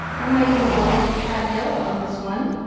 i might even get a little cad yellow on this one.